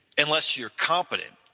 unless you're confident.